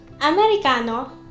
Americano